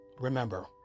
remember